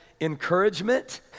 encouragement